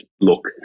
look